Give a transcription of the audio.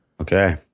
okay